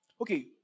Okay